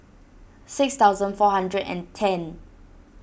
six thousand four hundred and ten